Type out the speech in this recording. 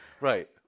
Right